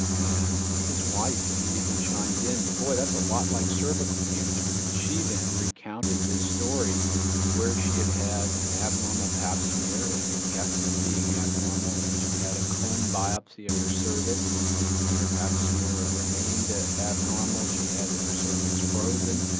and his wife immediately chimed in, boy that's a lot like cervical cancer. so and she then recounted this story where she had had an abnormal pap smear and it kept being abnormal. and then she had a cone biopsy of her cervix and her pap smear remained ah abnormal. she had her cervix frozen.